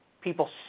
People